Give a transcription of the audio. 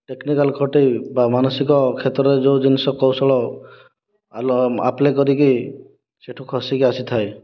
technical ଖଟାଇ ବା ମାନସିକ କ୍ଷେତ୍ରରେ ଯେଉଁ ଜିନିଷ କୌଶଳ ଆପ୍ଲାଏ କରିକି ସେଠୁ ଖସିକି ଆସିଥାଏ